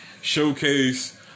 showcase